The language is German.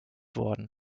worden